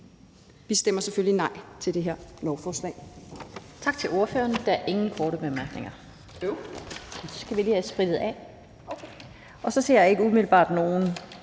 Vi stemmer selvfølgelig nej til det her lovforslag. Kl. 12:07 Den fg. formand (Annette Lind): Tak til ordføreren. Der er ingen korte bemærkninger. Vi skal lige have sprittet af. Og så ser jeg ikke umiddelbart nogen